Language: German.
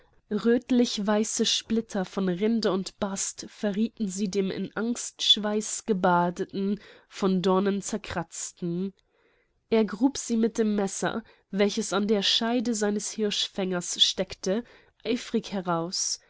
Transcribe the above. röthlich weiße splitter von rinde und bast verriethen sie dem in angstschweiß gebadeten von dornen zerkratzten er grub sie mit dem messer welches an der scheide seines hirschfängers steckte eifrig heraus